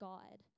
God